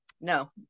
No